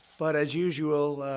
but as usual,